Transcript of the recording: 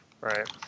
Right